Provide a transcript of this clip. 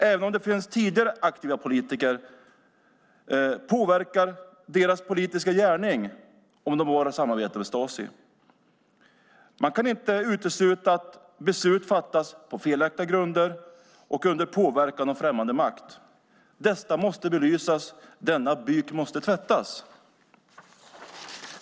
Även om där finns tidigare aktiva politiker påverkas deras politiska gärning av om de har samarbetat med Stasi. Man kan inte utesluta att beslut fattats på felaktiga grunder och under påverkan av främmande makt. Detta måste belysas! Denna byk måste tvättas!